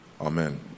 Amen